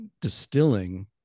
distilling